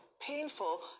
painful